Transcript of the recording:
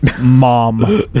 Mom